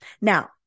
Now